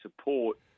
support